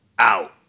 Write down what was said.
out